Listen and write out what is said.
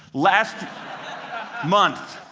last month,